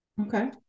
Okay